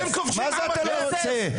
מה זה אתה לא רוצה,